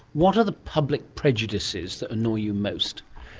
what are the public prejudices that annoy you most?